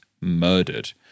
murdered